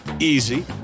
Easy